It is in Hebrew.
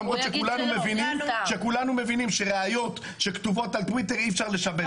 למרות שכולנו מבינים שראיות שכתובות על טוויטר אי אפשר לשבש אותן.